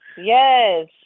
Yes